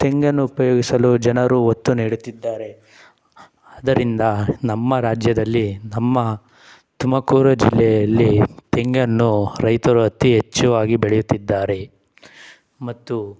ತೆಂಗನ್ನು ಉಪಯೋಗಿಸಲು ಜನರು ಒತ್ತು ನೀಡುತ್ತಿದ್ದಾರೆ ಆದ್ದರಿಂದ ನಮ್ಮ ರಾಜ್ಯದಲ್ಲಿ ನಮ್ಮ ತುಮಕೂರು ಜಿಲ್ಲೆಯಲ್ಲಿ ತೆಂಗನ್ನು ರೈತರು ಅತಿ ಹೆಚ್ಚಾಗಿ ಬೆಳೆಯುತ್ತಿದ್ದಾರೆ ಮತ್ತು